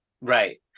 Right